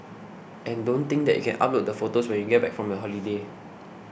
and don't think that you can upload the photos when you get back from your holiday